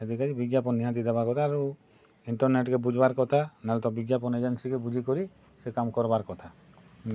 ହେଥିର୍ କା'ଯେ ବିଜ୍ଞାପନ୍ ନିହାତି ଦେବାର୍ କଥା ଆରୁ ଇଣ୍ଟର୍ନେଟ୍କେ ବୁଝ୍ବାର୍ କଥା ନି ହେଲେ ତ ବିଜ୍ଞାପନ୍ ଏଜେନ୍ସିକେ ବୁଝିକରି ସେ କାମ୍ କର୍ବାର୍ କଥା ନା